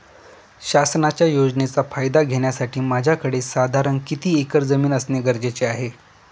शासनाच्या योजनेचा फायदा घेण्यासाठी माझ्याकडे साधारण किती एकर जमीन असणे गरजेचे आहे?